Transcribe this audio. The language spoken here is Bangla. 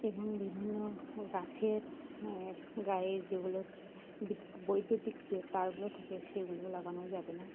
এবং বিভিন্ন গাছের গায়ে যেগুলো বিদ্যু বৈদ্যুতিক যে তারগুলো থাকে সেগুলো লাগানোও যাবে না